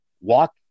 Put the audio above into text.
walk